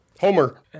Homer